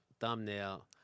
thumbnail